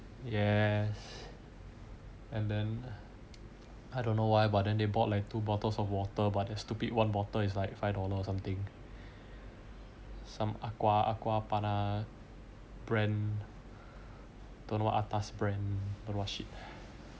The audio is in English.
yes and then I don't know why but they bought two bottles of water but that stupid one bottle is like five dollar or something some aqua aqua panna brand don't know what atas brand don't know what shit